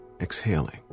exhaling